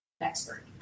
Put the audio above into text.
expert